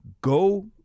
go